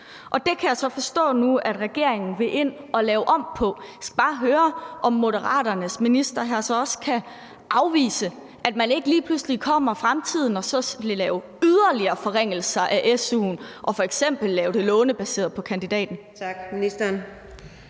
su. Det kan jeg så forstå at regeringen nu vil ind at lave om på. Jeg skal bare høre, om Moderaternes minister her så også kan afvise, at man ikke lige pludselig kommer i fremtiden og vil lave yderligere forringelser af su'en, f.eks. lave det lånebaseret på kandidatdelen.